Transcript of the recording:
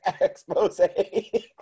expose